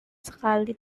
sekali